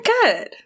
good